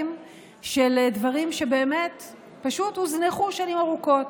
של דברים שבאמת פשוט הוזנחו שנים ארוכות,